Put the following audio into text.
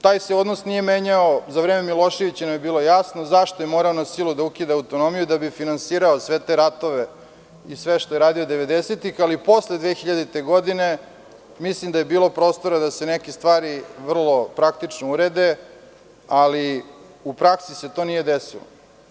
Taj se odnos nije menjao, za vreme Miloševića nam je bilo jasno zašto je morao na silu da ukida autonomiju, da bi finansirao sve te ratove i sve što je radio devedesetih, ali posle 2000. godine mislim da je bilo prostora da se neke stvari vrlo praktično urede, ali u praksi se to nije desilo.